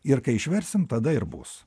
ir kai išversim tada ir bus